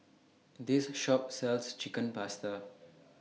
This Shop sells Chicken Pasta